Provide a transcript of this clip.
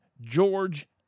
George